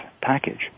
package